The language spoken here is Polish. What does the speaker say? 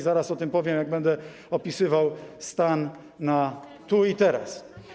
Zaraz o tym powiem, jak będę opisywał stan tu i teraz.